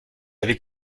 avez